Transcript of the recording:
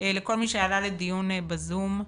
לכל מי שעלה לדיון בזום.